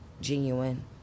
genuine